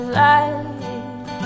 life